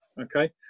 okay